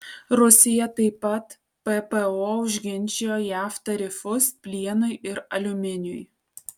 rusija taip pat ppo užginčijo jav tarifus plienui ir aliuminiui